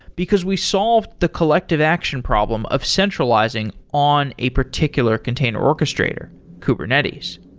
because we solved the collective action problem of centralizing on a particular container orchestrator kubernetes.